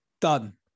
Done